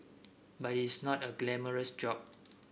but it is not a glamorous job